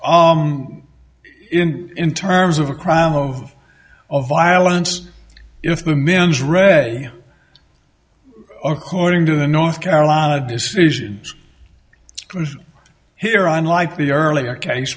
matter in terms of a crime of violence if the men's ready according to the north carolina decision here on like the earlier case